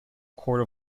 court